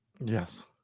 Yes